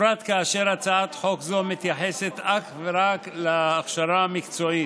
בפרט כאשר הצעת חוק זאת מתייחסת אך ורק להכשרה המקצועית,